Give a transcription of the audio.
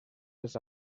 els